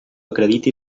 acrediti